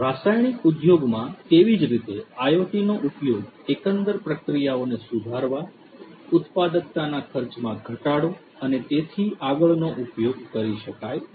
રાસાયણિક ઉદ્યોગમાં તેવી જ રીતે IoT નો ઉપયોગ એકંદર પ્રક્રિયાઓને સુધારવા ઉત્પાદકતાના ખર્ચમાં ઘટાડો અને તેથી આગળનો ઉપયોગ કરી શકાય છે